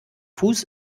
fuß